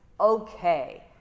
okay